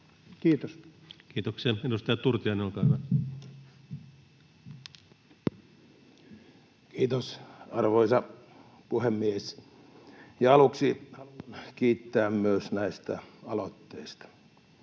Kiitos. Kiitoksia. — Edustaja Turtiainen, olkaa hyvä. Kiitos, arvoisa puhemies! Ja aluksi haluan kiittää myös näistä aloitteista.